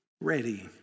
ready